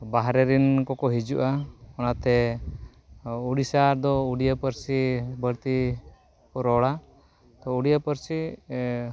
ᱵᱟᱦᱨᱮ ᱨᱮᱱ ᱠᱚᱠᱚ ᱦᱤᱡᱩᱜᱼᱟ ᱚᱱᱟᱛᱮ ᱩᱲᱤᱥᱥᱟ ᱫᱚ ᱩᱲᱤᱭᱟᱹ ᱯᱟᱹᱨᱥᱤ ᱵᱟᱹᱲᱛᱤ ᱠᱚ ᱨᱚᱲᱟ ᱛᱚ ᱩᱲᱤᱭᱟ ᱯᱟᱹᱨᱥᱤ